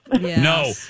No